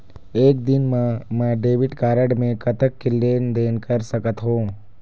एक दिन मा मैं डेबिट कारड मे कतक के लेन देन कर सकत हो?